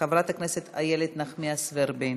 חברת הכנסת איילת נחמיאס ורבין,